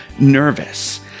nervous